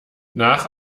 nach